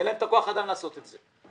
אין להם את כוח האדם לעשות את זה.